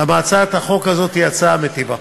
כי הצעת החוק הזאת היא הצעה מיטיבה.